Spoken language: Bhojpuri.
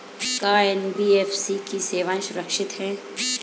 का एन.बी.एफ.सी की सेवायें सुरक्षित है?